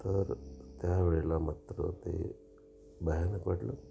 तर त्यावेळेला मात्र ते भयानक वाटलं